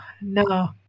no